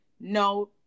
No